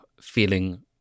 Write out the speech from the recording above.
feeling